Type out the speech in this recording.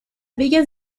villas